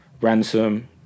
Ransom